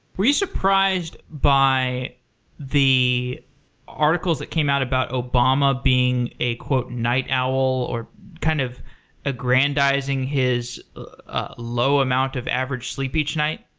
were you surprised by the articles that came out about obama being a night owl, or kind of aggrandizing his ah low amount of average sleep each night?